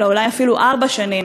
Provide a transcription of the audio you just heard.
אלא אולי אפילו ארבע שנים,